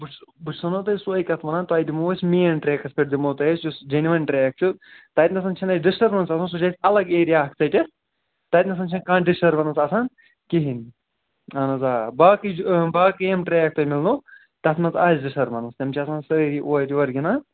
بہٕ چھُسو بہٕ چھُسو نَہ تۄہہِ سوے کَتھ ونان تۄہہِ دِمو أسۍ مین ٹرٛیکَس پٮ۪ٹھ دِمو تۄہہِ أسۍ یُس جٮ۪نوَن ٹرٛیک چھُ تَتہِ نَسَن چھِنہٕ اَسہِ ڈِسٹٔربَنس آسان سُہ چھِ اَسہِ الگ ایرِیا اَکھ ژٔٹِتھ تَتہِ نَسَن چھِنہٕ کانٛہہ ڈِسٹٔربَنس آسان کِہیٖنۍ اَہن حظ آ باقٕے باقٕے یِم ٹرٛیک تۄہہِ مِلنو تَتھ منٛز آسہِ ڈِسٹٔربَنس تِم چھِ آسان سٲری اورٕ یورٕ گِنٛدان